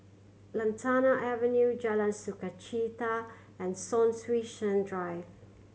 Lantana Avenue Jalan Sukachita and Son Sui Sen Drive